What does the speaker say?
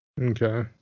Okay